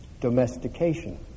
domestication